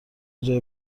جای